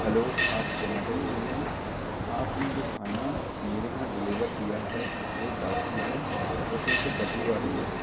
hello आप जामैटो से बोल रहे हैं आपने जो खाना मेरे यहाँ डिलेवर किया है वो बासी है उसमें से बदबू आ रही है